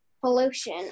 pollution